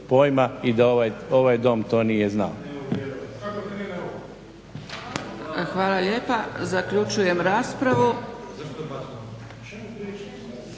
pojma i da ovaj dom to nije znao.